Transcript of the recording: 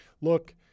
look